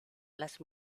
las